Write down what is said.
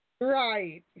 right